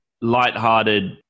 lighthearted